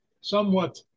somewhat